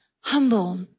Humble